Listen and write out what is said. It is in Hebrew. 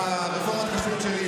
רפורמת הכשרות שלי,